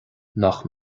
nach